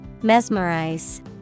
Mesmerize